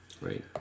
Right